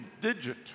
digit